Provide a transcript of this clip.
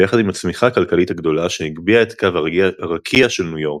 ביחד עם הצמיחה הכלכלית הגדולה שהגביהה את קו הרקיע של ניו יורק,